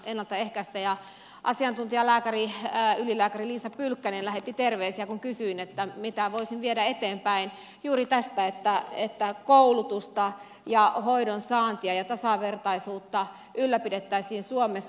kun kysyin mitä voisin viedä eteenpäin asiantuntijalääkäri ylilääkäri liisa pylkkänen lähetti terveisiä kun kysyin että mitä voisi viedä eteenpäin juuri tästä että koulutusta hoidon saantia ja tasavertaisuutta ylläpidettäisiin suomessa